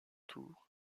tour